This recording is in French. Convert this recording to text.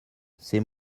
c’est